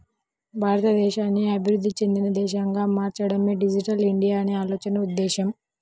భారతదేశాన్ని అభివృద్ధి చెందిన దేశంగా మార్చడమే డిజిటల్ ఇండియా అనే ఆలోచన ఉద్దేశ్యం